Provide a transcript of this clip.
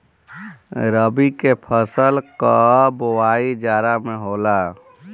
रबी के फसल कअ बोआई जाड़ा में होला